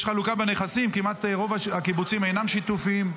יש חלוקה בנכסים, רוב הקיבוצים אינם שיתופיים.